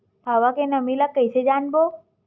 हवा के नमी ल कइसे जानबो?